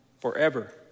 Forever